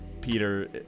Peter